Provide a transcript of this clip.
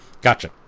Gotcha